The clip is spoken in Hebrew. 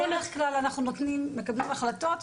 ביום ראשון הולך להתקיים דיון שבדרך כלל אנחנו מקבלים החלטות.